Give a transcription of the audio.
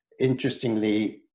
interestingly